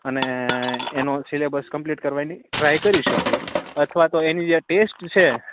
અને એનો syllabus complete કરવાની ટ્રાય કરી શકીએ અથવા તો એની જ ટેસ્ટ છે